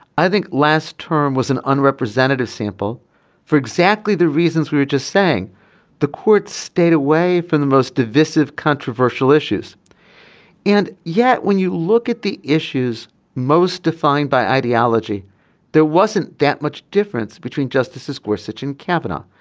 i think last term was an unrepresentative sample for exactly the reasons we were just saying the court stayed away from the most divisive controversial issues and yet when you look at the issues most defined by ideology there wasn't that much difference between justices square such and capital.